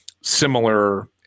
similar